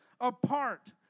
apart